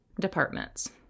departments